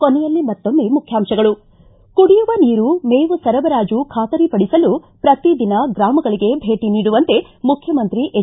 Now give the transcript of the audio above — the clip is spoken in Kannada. ಕೊನೆಯಲ್ಲಿ ಮತ್ತೊಮ್ಮೆ ಮುಖ್ಯಾಂಶಗಳು ಿ ಕುಡಿಯುವ ನೀರು ಮೇವು ಸರಬರಾಜು ಖಾತರಿ ಪಡಿಸಲು ಪ್ರತಿ ದಿನ ಗ್ರಮಗಳಿಗೆ ಭೇಟ ನೀಡುವಂತೆ ಮುಖ್ಯಮಂತ್ರಿ ಎಚ್